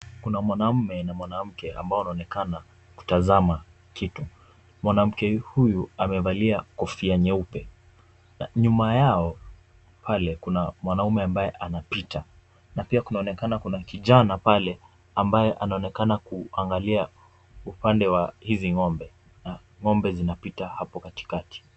Kuna mwanaume na mwanamke ambao wanaonekana kutazama kitu. Mwanamke huyu amevalia kofia nyeupe na nyuma yao pale kuna mwanaume ambaye anapita na pia kunaonekana kuna kijana pale ambaye anaonekana kuangalia upande wa hizi ng'ombe na ng'ombe zinapita hapo kati kati.